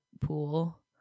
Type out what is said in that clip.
pool